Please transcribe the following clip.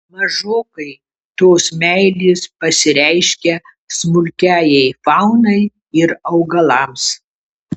mažokai tos meilės pasireiškia smulkiajai faunai ir augalams